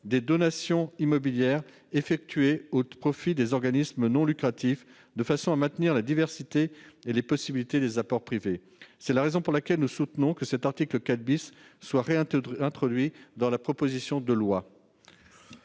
des donations immobilières effectuées au profit des organismes non lucratifs de façon à maintenir la diversité et les possibilités des apports privés. C'est la raison pour laquelle nous soutenons que l'article 4 doit être réintroduit dans la proposition de loi.